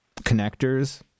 connectors